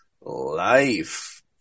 life